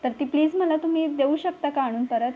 तर ती प्लीज मला तुम्ही देऊ शकता का आणून परत